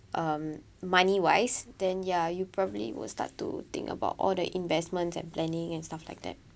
um money wise then ya you probably will start to think about all the investments and planning and stuff like that